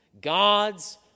God's